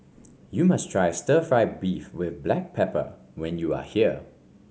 you must try stir fry beef with Black Pepper when you are here